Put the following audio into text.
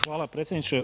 Hvala predsjedniče.